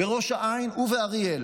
בראש העין ואריאל